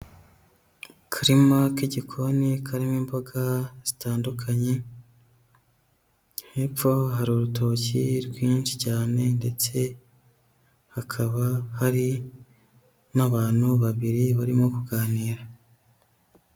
Akarima k'igikoni karimo imboga zitandukanye, hepfo hari urutoki rwinshi cyane, ndetse hakaba hari n'abantu babiri barimo kuganira.